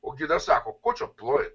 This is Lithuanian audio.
o gidas sako ko čia ploji